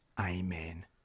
Amen